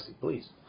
please